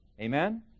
Amen